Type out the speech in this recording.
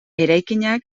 eraikinak